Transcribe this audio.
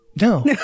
No